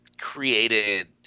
created